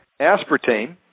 aspartame